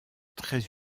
très